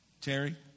Terry